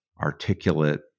articulate